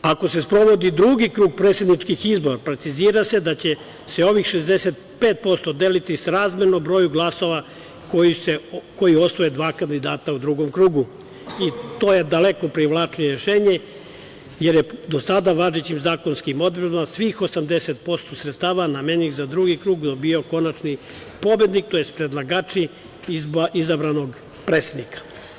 Ako se sprovodi drugi krug predsedničkih izbora precizira se da će se ovih 65% deliti srazmerno broju glasova koji osvoje dva kandidata u drugom krugu, i to je daleko privlačnije rešenje, jer je do sada važećim zakonskim odredbama svih 80% sredstava namenih za drugi krug dobijao konačni pobednik tj. predlagači izabranog predsednika.